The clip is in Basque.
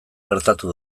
gertatu